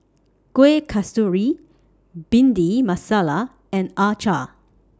Kueh Kasturi Bhindi Masala and Acar